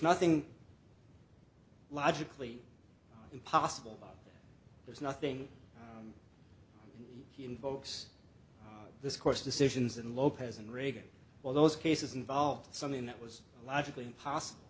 nothing logically impossible there's nothing he invokes this course decisions and lopez and reagan all those cases involved something that was logically impossible